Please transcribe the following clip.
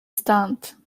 stunt